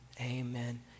amen